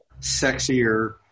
sexier